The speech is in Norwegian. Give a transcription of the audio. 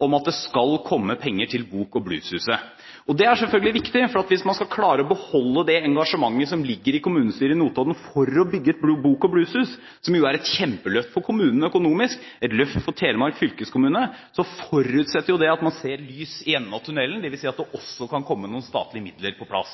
om at det skal komme penger til Bok- og Blueshuset. Det er selvfølgelig viktig, for hvis man skal klare å beholde det engasjementet som ligger i kommunestyret på Notodden for å bygge et bok- og blueshus, som jo er et kjempeløft for kommunen økonomisk og et løft for Telemark fylkeskommune, forutsetter det at man ser lys i enden av tunnelen, dvs. at det også kan komme noen statlige midler på plass.